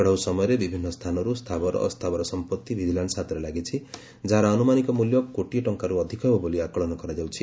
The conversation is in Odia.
ଚଢ଼ାଉ ସମୟରେ ବିଭିନ୍ନ ସ୍ଥାନରୁ ସ୍ଥାବର ଅସ୍ଥାବର ସମ୍ମଉ ଭିଜିଲାନ୍ ହାତରେ ଲାଗିଛି ଯାହାର ଆନ୍ତମାନିକ ମିଲ୍ୟ କୋଟିଏର୍ ଅଧିକ ହେବ ବୋଲି ଆକଳନ କରାଯାଉଛି